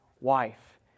wife